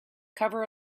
cover